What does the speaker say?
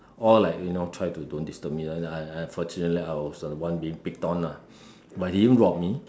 all like you know try to don't disturb me lah then I unfortunately I was the one being picked on lah but he didn't rob me